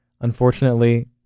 Unfortunately